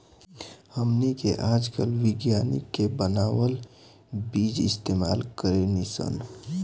हमनी के आजकल विज्ञानिक के बानावल बीज इस्तेमाल करेनी सन